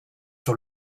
sur